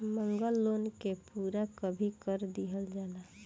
मांगल लोन के पूरा कभी कर दीहल जाला